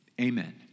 Amen